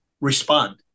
respond